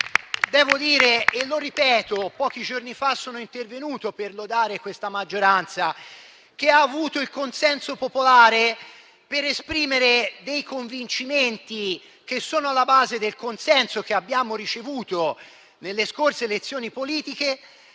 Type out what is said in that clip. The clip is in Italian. Devo dire e lo ripeto: pochi giorni fa sono intervenuto per lodare questa maggioranza che ha avuto il mandato popolare per esprimere dei convincimenti che sono alla base del consenso che abbiamo ricevuto nelle passate elezioni politiche, e